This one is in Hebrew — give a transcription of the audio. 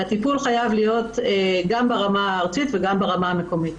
הטיפול חייב להיות גם הרמה הארצית וגם ברמה המקומית,